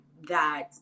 that-